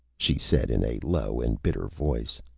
she said, in a low and bitter voice.